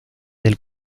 del